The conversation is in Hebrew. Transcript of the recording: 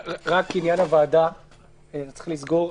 רק עניין הוועדה אתה צריך לסגור.